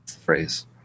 Phrase